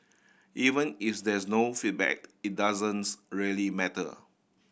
even is there's no feedback it doesn't really matter